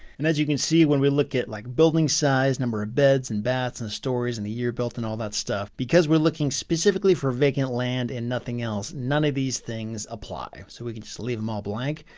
and as you can see, when we look at like building size number of beds and baths and the stories and the year built and all that stuff, because we're looking specifically for vacant land and nothing else, none of these things apply, so we can just leave them all blank.